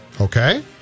Okay